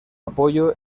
apoyo